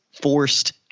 forced –